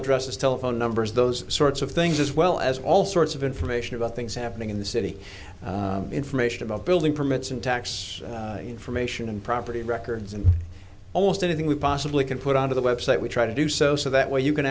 addresses telephone numbers those sorts of things as well as all sorts of information about things happening in the city information about building permits and tax information and property records and almost anything we possibly can put onto the website we try to do so so that way you can